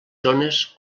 zones